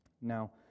Now